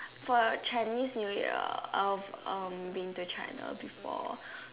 for Chinese new year I've um been to China before